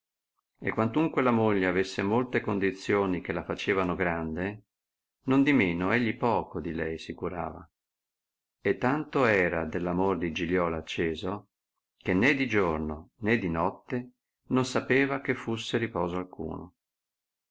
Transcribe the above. e quantunque la moglie avesse molte condizioni che la facevano grande nondimeno egli poco di lei si curava e tanto era dell amore di giliola acceso che né di giorno né di notte non sapeva che fusse riposo alcuno